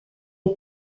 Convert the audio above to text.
est